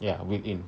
ya built-in